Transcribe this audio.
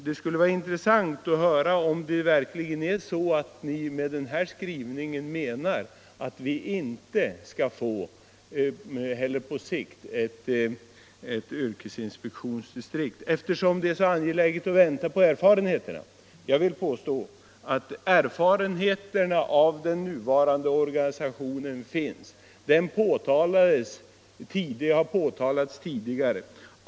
Det skulle vara intressant att höra om ni verkligen med den här skrivningen menar att vi i Jämtlands län inte heller på sikt skall få ett eget yrkesinspektionsdistrikt — eftersom det är så angeläget att vänta på crfarenheterna. Jag vill påstå att erfarenheterna av den nuvarande organisationen finns och har påtalats tidigare.